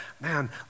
Man